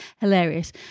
hilarious